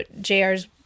JR's